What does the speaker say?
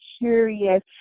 curious